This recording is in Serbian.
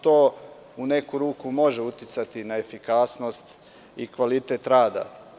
To u neku ruku može uticati na efikasnost i kvalitet rada.